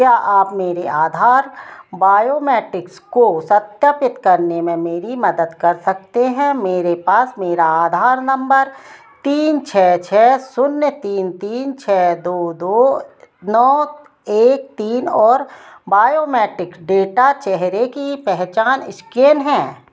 क्या आप मेरे आधार बायोमेट्रिक्स को सत्यापित करने में मेरी मदद कर सकते हैं मेरे पास मेरा आधार नम्बर तीन छः छः शून्य तीन तीन छः दो दो नौ एक तीन और बायोमेट्रिक डेटा चेहरे की पहचान स्कैन है